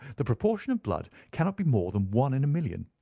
the proportion of blood cannot be more than one in a million.